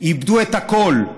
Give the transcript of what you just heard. ואיבדו את הכול,